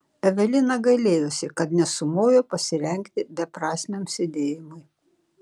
evelina gailėjosi kad nesumojo pasirengti beprasmiam sėdėjimui